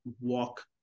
walk